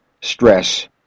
stress